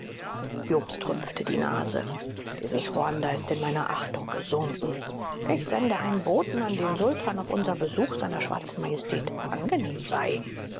jobst rümpfte die nase dieses ruanda ist in meiner achtung gesunken ich sende einen boten an den sultan ob unser besuch seiner schwarzen majestät angenehm sei